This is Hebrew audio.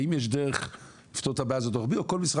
האם יש דרך לפתור את הבעיה הזו רוחבית או כל משרד